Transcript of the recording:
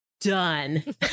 done